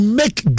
make